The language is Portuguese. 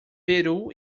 peru